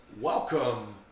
welcome